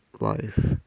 life